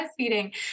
breastfeeding